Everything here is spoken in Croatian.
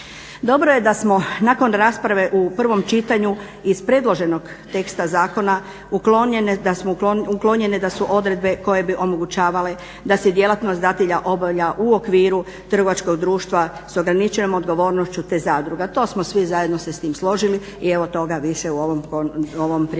Dobro je da smo nakon rasprave u prvom čitanju iz predloženog teksta zakona uklonjene da su odredbe koje bi omogućavale da se djelatnost dadilja obavlja u okviru trgovačkog društva s ograničenom odgovornošću te zadruga. To smo svi zajedno se s tim složili i evo toga više u ovom prijedlogu